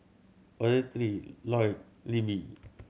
Ottilie Lloyd Libbie